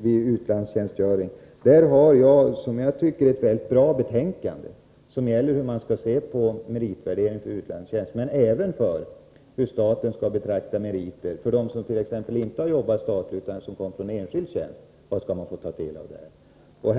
vid utlandstjänstgöring. På den punkten har jag ett som jag tycker mycket bra betänkande, som gäller hur man skall se på meritvärdering av utlandstjänst, men även hur staten skall betrakta meriter för dem som t.ex. inte har arbetat statligt utan kommer från enskild tjänst och vad dessa skall få ta med.